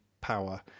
power